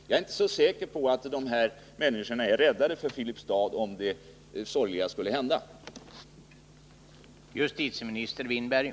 Jag är inte säker på att de här människorna som arbetar vid Skåltjärnshyttan är räddade för Filipstad om det sorgliga skulle hända att anstalten läggs ned.